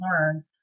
learn